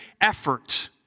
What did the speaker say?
effort